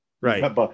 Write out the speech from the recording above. Right